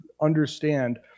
understand